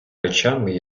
речами